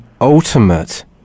ultimate